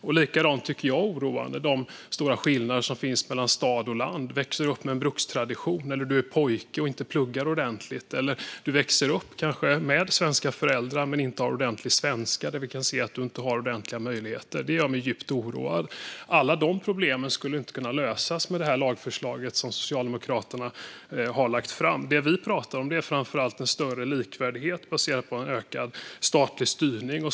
Oroande är också, tycker jag, de stora skillnaderna mellan stad och land. Du växer upp med en brukstradition, eller du är pojke och pluggar inte ordentligt. Eller du kanske växer upp med svenska föräldrar men har inte ordentliga kunskaper i svenska och har därför inte samma möjligheter. Detta gör mig djupt oroad. Alla de problemen skulle inte kunna lösas med det här lagförslaget som Socialdemokraterna har lagt fram. Det vi pratar om är framför allt en större likvärdighet baserad på en ökad statlig styrning.